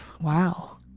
Wow